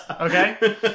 Okay